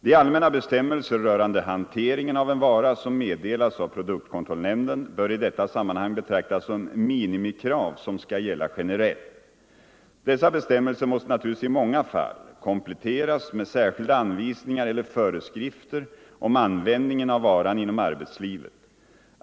De allmänna bestämmelser rörande hanteringen av en vara som meddelas av produktkontrollnämnden bör i detta sammanhang betraktas som minimikrav som skall gälla generellt. Dessa bestämmelser måste naturligtvis i många fall kompletteras med särskilda anvisningar eller föreskrifter om användningen av varan inom arbetslivet.